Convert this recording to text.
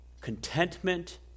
contentment